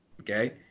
okay